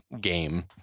game